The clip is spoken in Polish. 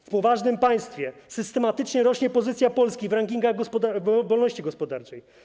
W poważnym państwie systematycznie rośnie pozycja Polski w rankingach wolności gospodarczej.